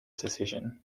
decision